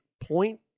point